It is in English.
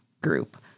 group